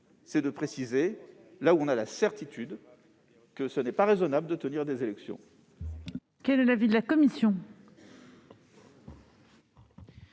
c'est de préciser là où, de manière certaine, il n'est pas raisonnable de tenir des élections. Quel est l'avis de la commission ?